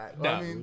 No